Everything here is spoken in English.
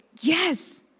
yes